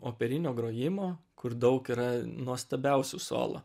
operinio grojimo kur daug yra nuostabiausių solo